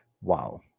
Wow